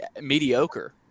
mediocre